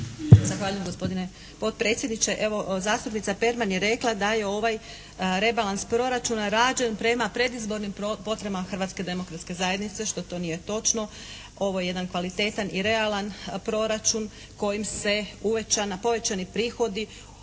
Zahvaljujem gospodine potpredsjedniče. Evo zastupnica Perman je rekla da je ovaj rebalans proračuna rađen prema predizbornim … Hrvatske demokratske zajednice što to nije točno. Ovo je jedan kvalitetan i realan proračun kojim se uvećani povećani prihodi